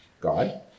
God